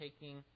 taking